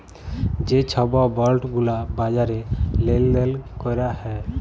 যে ছব বল্ড গুলা বাজারে লেল দেল ক্যরা হ্যয়